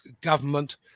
government